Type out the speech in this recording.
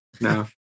no